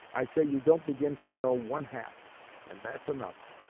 i say you don't begin to know one-half and that's enough